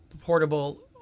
portable